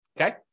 Okay